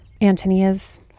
Antonia's